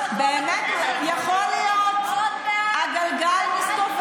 ועוד מעט עוד פעם תחזרו לאופוזיציה.